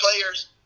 players